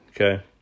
okay